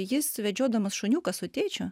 jis vedžiodamas šuniuką su tėčiu